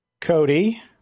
Cody